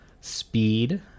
speed